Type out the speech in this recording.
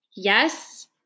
Yes